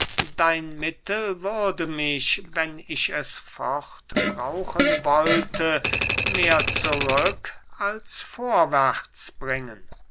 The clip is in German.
dein mittel würde mich wenn ich es fortbrauchen wollte mehr zurück als vorwärts bringen